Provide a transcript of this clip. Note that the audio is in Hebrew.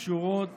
קשורות